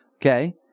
Okay